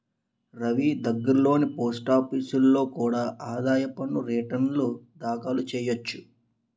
రవీ దగ్గర్లోని పోస్టాఫీసులో కూడా ఆదాయ పన్ను రేటర్న్లు దాఖలు చెయ్యొచ్చు